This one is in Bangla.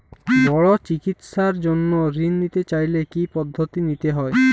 বড় চিকিৎসার জন্য ঋণ নিতে চাইলে কী কী পদ্ধতি নিতে হয়?